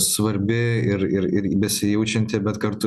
svarbi ir ir ir besijaučianti bet kartu